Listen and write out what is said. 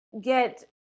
get